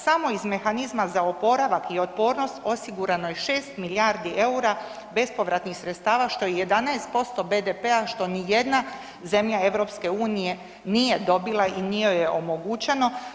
Samo iz mehanizma za oporavak i otpornost osigurano je 6 milijardi eura bespovratnih sredstava što je 11% BDP-a što ni jedna zemlja EU nije dobila i nije joj omogućeno.